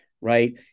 right